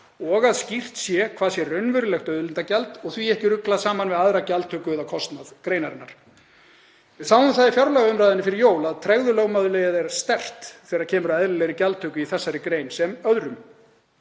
og að skýrt sé hvað sé raunverulegt auðlindagjald og því ekki ruglað saman við aðra gjaldtöku eða kostnað greinarinnar. Við sáum það í fjárlagaumræðunni fyrir jól að tregðulögmálið er sterkt þegar kemur að eðlilegri gjaldtöku í þessari grein sem öðrum.